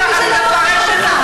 גם של מי שלא בחר בך,